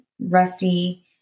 Rusty